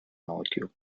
molecule